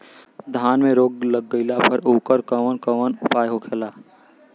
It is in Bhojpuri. धान में रोग लग गईला पर उकर कवन कवन उपाय होखेला?